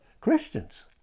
Christians